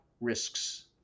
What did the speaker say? risks